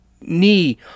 knee